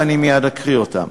ואני מייד אקריא אותם.